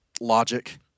logic